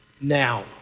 Now